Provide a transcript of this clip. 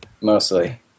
mostly